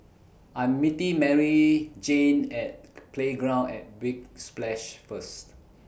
I'm meeting Maryjane At Playground At Big Splash First